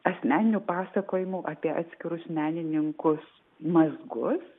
asmeninių pasakojimų apie atskirus menininkus mazgus